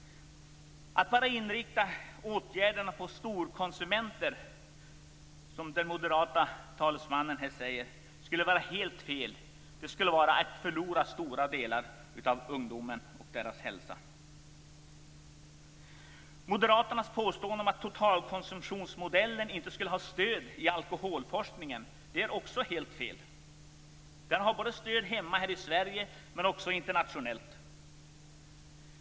Att bara inrikta åtgärderna på storkonsumenter, som den moderata talesmannen här säger, skulle vara helt fel. Det skulle vara att förlora stora delar av ungdomarna och att riskera deras hälsa. Moderaternas påstående att totalkonsumtionsmodellen inte skulle ha stöd i alkoholforskningen är också helt fel. Den har stöd både här hemma i Sverige och internationellt.